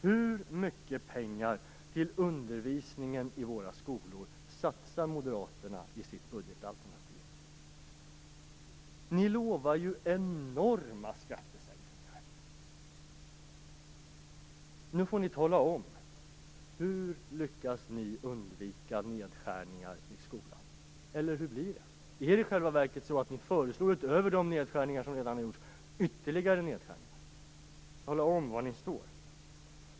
Hur mycket pengar till undervisningen i våra skolor satsar Moderaterna i sitt budgetalternativ? Ni lovar ju enorma skattesänkningar. Nu får ni tala om hur ni lyckas undvika nedskärningar i skolan. Eller hur blir det? Är det i själva verket så att ni, utöver de nedskärningar som redan har gjorts, föreslår ytterligare nedskärningar? Tala om var ni står!